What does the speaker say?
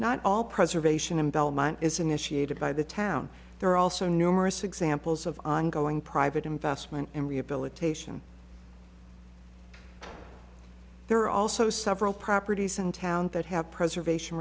not all preservation and belmont is initiated by the town there are also numerous examples of ongoing private investment and rehabilitation there are also several properties in town that have preservation